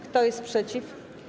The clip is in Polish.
Kto jest przeciw?